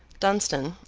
dunstan,